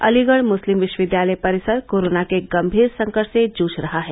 अलीगढ़ मुस्लिम विश्वविद्यालय परिसर कोरोना के गंभीर संकट से जूझ रहा है